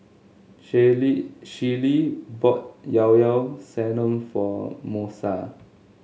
Shallie Shellie bought Llao Llao Sanum for Moesha